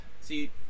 see